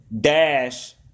Dash